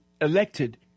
elected